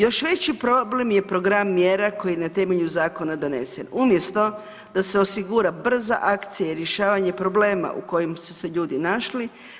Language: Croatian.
Još veći problem je program mjera koji je na temelju zakona donesen, umjesto da se osigura brza akcija i rješavanje problema u kojima su se ljudi našli.